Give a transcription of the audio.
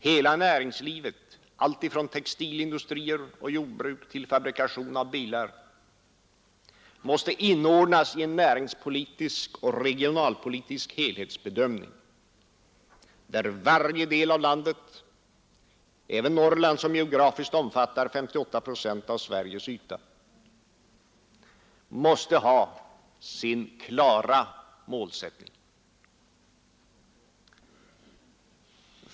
Hela näringslivet, alltifrån textilindustrier och jordbruk till fabrikation av bilar, måste inordnas i en näringspolitisk och regionalpolitisk helhetsbedömning, där varje del av landet — även Norrland, som geografiskt omfattar 58 procent av Sveriges yta — måste ha sin klara målsättning.